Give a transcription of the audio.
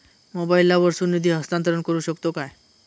मोबाईला वर्सून निधी हस्तांतरण करू शकतो काय?